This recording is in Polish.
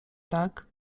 tak